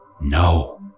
no